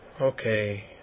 Okay